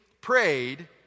prayed